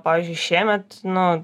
pavyzdžiui šiemet nu